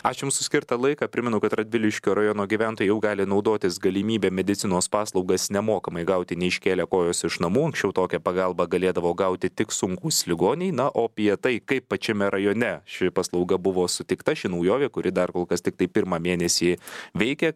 ačiū jums už skirtą laiką primenu kad radviliškio rajono gyventojai jau gali naudotis galimybe medicinos paslaugas nemokamai gauti neiškėlę kojos iš namų anksčiau tokią pagalbą galėdavo gauti tik sunkūs ligoniai na o apie tai kaip pačiame rajone ši paslauga buvo suteikta ši naujovė kuri dar kol kas tiktai pirmą mėnesį veikia